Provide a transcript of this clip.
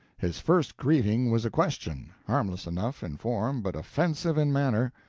his first greeting was a question, harmless enough in form but offensive in manner.